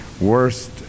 worst